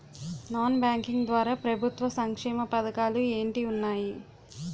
Non banking ద్వారా ప్రభుత్వ సంక్షేమ పథకాలు ఏంటి ఉన్నాయి?